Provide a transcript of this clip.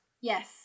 yes